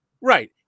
Right